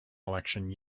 election